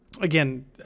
again